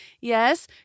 yes